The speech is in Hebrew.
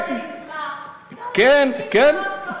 כן, כן, כן אם כבר אז כבר,